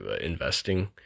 investing